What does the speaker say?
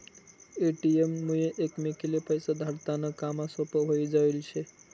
ATM मुये एकमेकले पैसा धाडा नं काम सोपं व्हयी जायेल शे